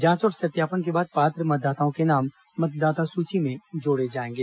जांच और सत्यापन के बाद पात्र मतदाताओं के नाम मतदाता सूची में जोड़े जाएंगे